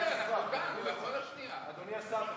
אבל זה לא ראוי ולא מכובד להשאיר את חברי הכנסת כאן בלי נוכחות של שר.